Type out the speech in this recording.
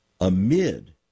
amid